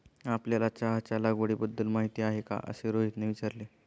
आपल्याला चहाच्या लागवडीबद्दल माहीती आहे का असे रोहितने विचारले?